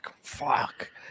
Fuck